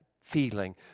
feeling